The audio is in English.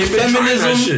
feminism